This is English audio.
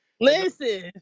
Listen